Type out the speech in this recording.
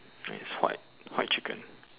mine is white white chicken